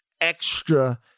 extra